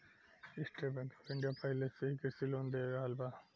estate Bank of India पाहिले से ही कृषि लोन दे रहल बा